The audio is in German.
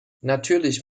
natürlich